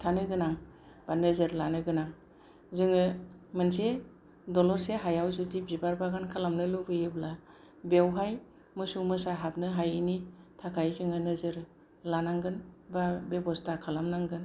होबथानो गोनां एबा नोजोर लानो गोनां जोङो मोनसे दलरसे हायाव जुदि बिबार बागान खालामनो लुबैयोब्ला बेवहाय मोसौ मोसा हाबनो हायिनि थाखाय जोङो नोजोर लानांगोन एबा बेब'स्था खालामनांगोन